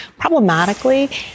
problematically